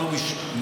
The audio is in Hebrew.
מה קרה?